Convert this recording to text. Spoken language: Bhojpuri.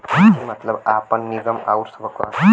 निजी मतलब आपन, निगम आउर सबकर